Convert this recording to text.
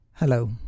Hello